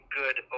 good